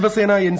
Shiv Sena N